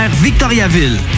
Victoriaville